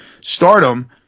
Stardom